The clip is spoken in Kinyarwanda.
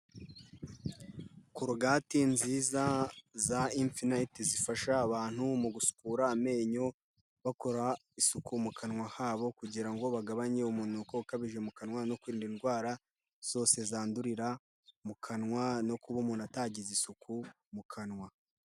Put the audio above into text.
Korogati nziza za impfinayiti zifasha abantu mu gusukura amenyo bakora isuku mu kanwa habo, kugira ngo bagabanye umunuko ukabije mu kanwa no kwirinda indwara zose zandurira mu kanwa no kuba umuntu atagize isuku mu kanwa.